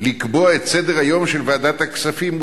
לקבוע את סדר-היום של ועדת הכספים.